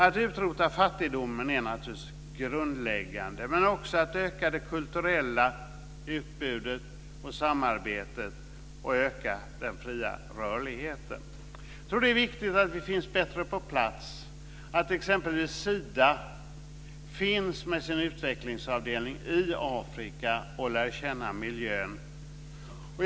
Att utrota fattigdomen är naturligtvis grundläggande, men också att öka det kulturella utbudet och samarbetet och öka den fria rörligheten. Jag tror att det är viktigt att vi finns mer på plats och att exempelvis Sida finns med sin utvecklingsavdelning i Afrika och lär känna miljön.